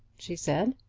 she said.